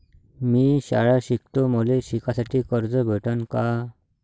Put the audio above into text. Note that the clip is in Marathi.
मी शाळा शिकतो, मले शिकासाठी कर्ज भेटन का?